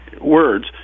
words